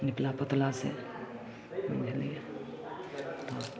निपला पोतलासँ बुझलिए